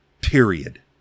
Period